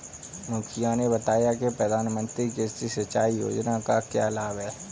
मुखिया ने बताया कि प्रधानमंत्री कृषि सिंचाई योजना का क्या लाभ है?